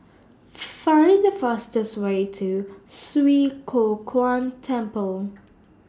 Find The fastest Way to Swee Kow Kuan Temple